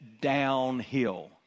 downhill